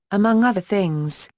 among other things,